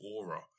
aura